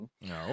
No